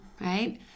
right